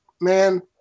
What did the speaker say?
man